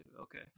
okay